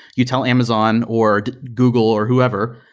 you tell amazon or google or whoever,